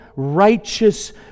Righteous